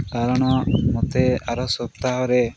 କାରଣ ମୋତେ ଆର ସପ୍ତାହରେ